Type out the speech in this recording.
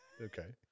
Okay